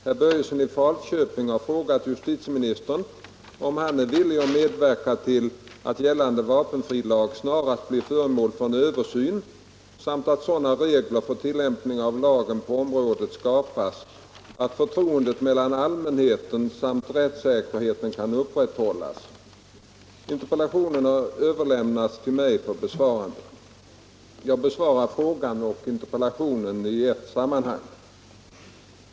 Herr Börjesson i Falköping har frågat justitieministern om han är villig medverka till att gällande vapenfrilag snarast blir föremål för en översyn samt att sådana regler för tillämpningen av lagen på området skapas att förtroendet hos allmänheten samt rättssäkerheten kan upprätthållas. Interpellationen har överlämnats till mig för besvarande. Jag besvarar frågan och interpellationen i ett sammanhang.